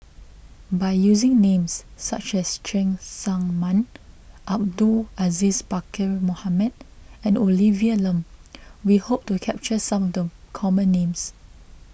by using names such as Cheng Tsang Man Abdul Aziz Pakkeer Mohamed and Olivia Lum we hope to capture some of the common names